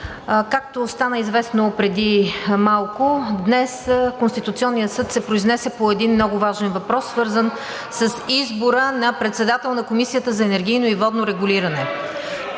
Както стана известно преди малко, днес Конституционният съд се произнесе по един много важен въпрос, свързан с избора на председател на Комисията за енергийно и водно регулиране.